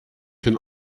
can